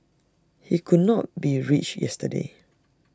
he could not be reached yesterday